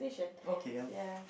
okay you